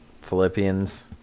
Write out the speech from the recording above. Philippians